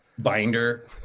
Binder